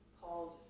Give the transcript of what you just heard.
called